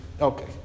Okay